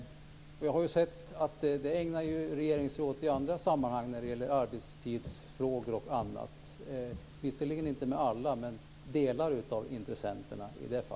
Regeringen ägnar sig i andra sammanhang, när det gäller t.ex. arbetstidsfrågor, åt att prata med intressenterna. Man pratar visserligen inte med alla, men en del av intressenterna.